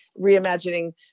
reimagining